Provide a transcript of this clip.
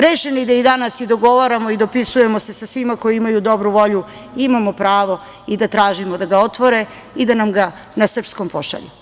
Rešeni da i danas dogovaramo i dopisujemo se sa svima koji imaju dobru volju, imamo pravo i da tražimo da ga otvore i da nam ga na srpskom pošalju.